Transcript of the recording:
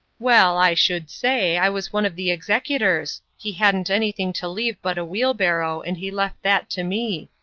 well, i should say! i was one of the executors. he hadn't anything to leave but a wheelbarrow, and he left that to me.